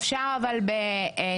אפשר אבל בנקודתית,